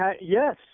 yes